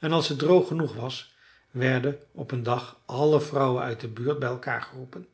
en als het droog genoeg was werden op een dag alle vrouwen uit de buurt bij elkaar geroepen